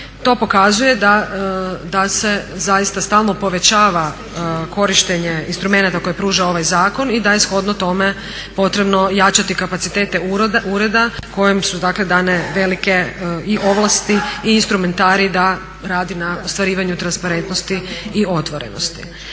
To pokazuje da se stalno povećava korištenje instrumenata koje pruža ovaj zakon i da je shodno tome potrebno jačati kapacitete ureda kojem su dane velike i ovlasti i instrumentariji da radi na ostvarivanju transparentnosti i otvorenosti.